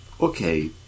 okay